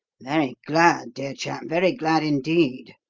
very glad, dear chap very glad, indeed,